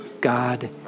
God